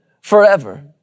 forever